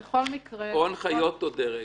או הנחיות או דרג.